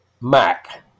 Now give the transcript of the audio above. Mac